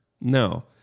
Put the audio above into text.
No